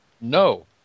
No